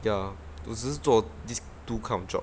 ya 我只是做 this two kind of job